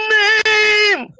name